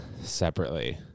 separately